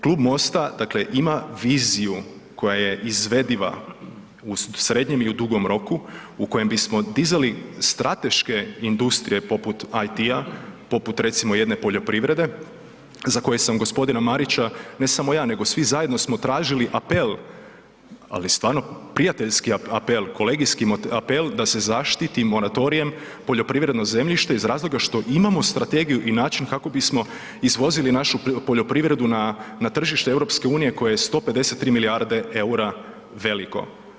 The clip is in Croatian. Klub MOST-a, dakle ima viziju koja je izvediva u srednjem i u dugom roku u kojem bismo dizali strateške industrije poput IT-a, poput recimo jedne poljoprivrede za koje sam g. Marića, ne samo ja nego svi zajedno smo tražili apel, ali stvarno prijateljski apel, kolegijski apel da se zaštiti moratorijem poljoprivredno zemljište iz razloga što imamo strategiju i način kako bismo izvozili našu poljoprivredu na, na tržište EU koje je 153 milijarde EUR-a veliko.